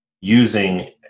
using